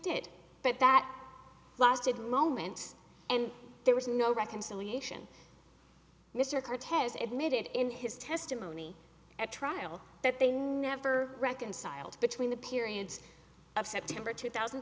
did but that lasted moments and there was no reconciliation mr cortez admitted in his testimony at trial that they never reconciled between the periods of september two thousand